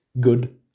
Good